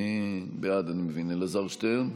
בעד, אלעזר שטרן,